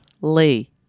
Lee